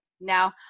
Now